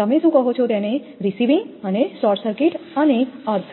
તમે શું કહો છો તેને રીસીવિંગ અને શોર્ટ સર્કિટ અને અર્થડ